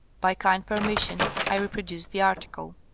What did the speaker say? by kind permission i reproduce the article